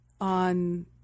on